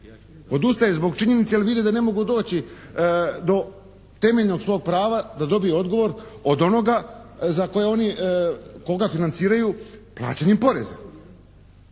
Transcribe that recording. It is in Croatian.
odustaje zbog činjenice jer vide da ne mogu doći do temeljnog svog prava da dobiju odgovor od onoga za koje oni koga financiraju plaćanjem poreza.